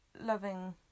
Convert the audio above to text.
loving